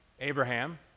Abraham